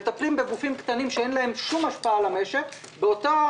מטפלים בגופים קטנים שאין להם שום השפעה על המשק באותו